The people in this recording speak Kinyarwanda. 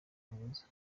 mwiza